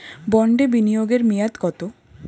বন্ডে বিনিয়োগ এর মেয়াদ কত?